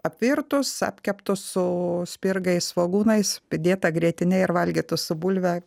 apvirtus apkeptus su spirgais svogūnais pridėta grietine ir valgytų su bulve